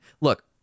look